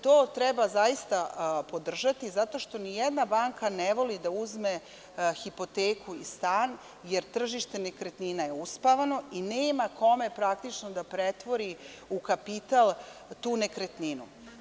To treba zaista podržati zato što nijedna banka ne voli da uzme hipoteku i stan jer tržište nekretnina je uspavano i nema kome da pretvori u kapital tu nekretninu.